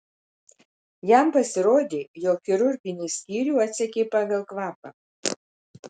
jam pasirodė jog chirurginį skyrių atsekė pagal kvapą